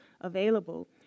available